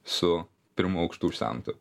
su pirmu aukštu užsemtu